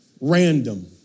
random